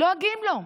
לועגים לו.